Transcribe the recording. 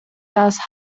das